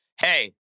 Hey